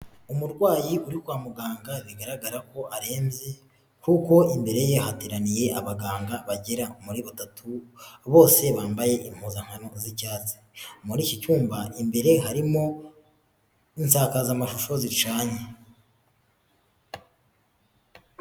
Umurwayi uri kwa muganga bigaragara ko arembye, kuko imbere ye hateraniye abaganga bagera muri batatu, bose bambaye impuzankano z'icyatsi. Muri iki cyumba imbere harimo insakazamashusho zicanye.